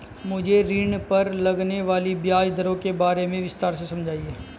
मुझे ऋण पर लगने वाली ब्याज दरों के बारे में विस्तार से समझाएं